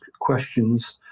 questions